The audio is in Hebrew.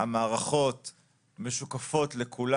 המערכות משוקפות לכולם.